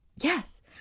Yes